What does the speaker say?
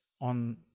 on